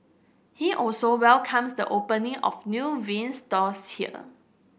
he also welcomes the opening of new vinyl stores here